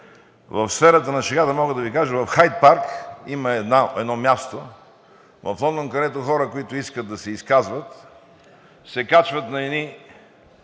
в сферата на шегата мога да Ви кажа: в Хайд парк – има едно място в Лондон, където хора, които искат да се изказват, се качват на едни